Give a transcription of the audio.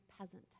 peasant